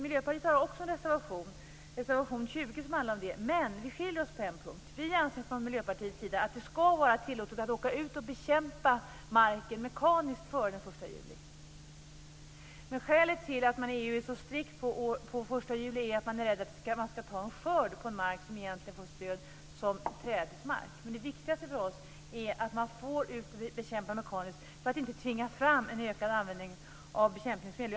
Miljöpartiet har också en reservation som handlar om det, reservation 20. Men vi skiljer oss på en punkt. Vi anser från Miljöpartiets sida att det ska vara tillåtet att gå ut och bekämpa marken mekaniskt före den 1 juli. Skälet till att man i EU är så strikt på den 1 juli är att man är rädd att någon ska ta en skörd på en mark som egentligen får stöd som trädesmark. Det viktigaste för oss är att man får gå ut och bekämpa mekaniskt för att inte tvinga fram en ökad användning av bekämpningsmedel.